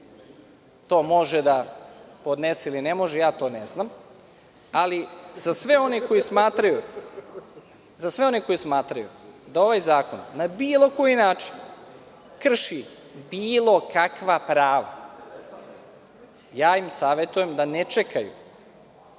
to može da podnese ili ne može, ja to ne znam.Za sve one koji smatraju da ovaj zakon na bilo koji način krši bilo kakva prava, ja im savetujem da ne čekaju,